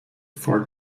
for